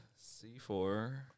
C4